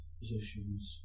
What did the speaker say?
positions